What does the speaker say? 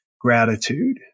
gratitude